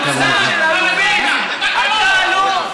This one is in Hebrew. אתה מתחנף לנתניהו?